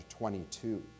22